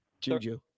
Juju